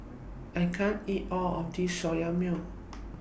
I can't eat All of This Soya Milk